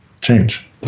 change